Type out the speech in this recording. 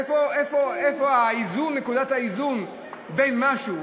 איפה נקודת האיזון בין משהו